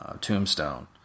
Tombstone